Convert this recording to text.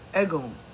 Egon